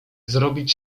zrobić